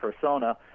persona